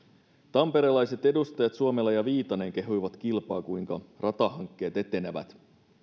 tamperelaiset edustajat suomela ja viitanen kehuivat kilpaa kuinka ratahankkeet etenevät